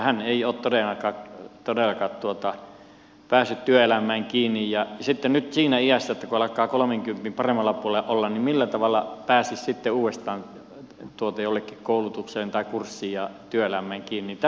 hän ei ole todellakaan päässyt työelämään kiinni ja sitten nyt siinä iässä kun alkaa kolmenkympin paremmalla puolella olla millä tavalla pääsisi sitten uudestaan jonnekin koulutukseen tai kurssiin ja työelämään kiinni